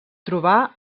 trobar